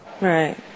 right